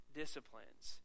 disciplines